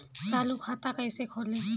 चालू खाता कैसे खोलें?